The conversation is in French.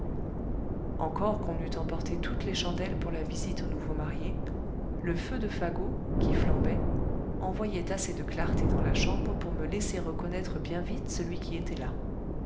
encore qu'on eût emporté toutes les chandelles pour la visite aux nouveaux mariés le feu de fagots qui flambait envoyait assez de clarté dans la chambre pour me laisser reconnaître bien vite celui qui était là